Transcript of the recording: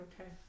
Okay